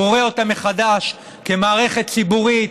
בורא אותה מחדש כמערכת ציבורית,